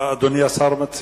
מה מציע אדוני השר?